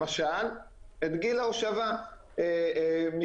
למשל, גיל ההושבה מקדימה.